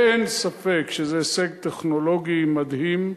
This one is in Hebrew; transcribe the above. ואין ספק שזה הישג טכנולוגי מדהים,